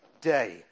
day